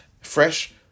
fresh